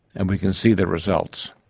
and we can see the results.